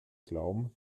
glauben